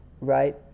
right